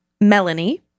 Melanie